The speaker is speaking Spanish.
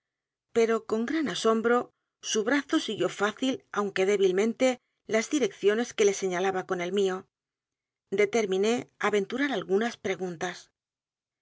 pero con gran asombro s u brazo siguió fácil aunque débilmente las direcciones que le señalaba con el mío determiné aventurar algunas preguntas